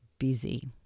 busy